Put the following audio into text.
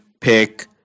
pick